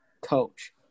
coach